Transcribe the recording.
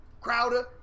Crowder